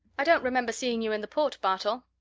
i don't remember seeing you in the port, bartol.